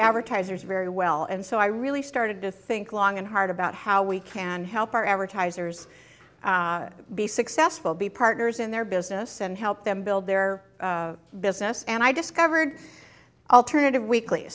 advertisers very well and so i really started to think long and hard about how we can help our advertisers be successful be partners in their business and help them build their business and i discovered alternative weekl